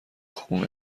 خون